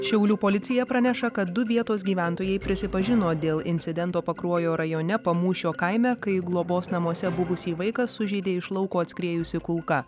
šiaulių policija praneša kad du vietos gyventojai prisipažino dėl incidento pakruojo rajone pamūšio kaime kai globos namuose buvusį vaiką sužeidė iš lauko atskriejusi kulka